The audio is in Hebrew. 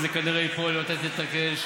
וזה כנראה ייפול אם אתה תתעקש,